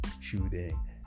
shooting